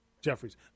Jeffries